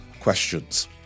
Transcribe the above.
questions